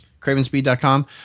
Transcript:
CravenSpeed.com